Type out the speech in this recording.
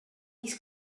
his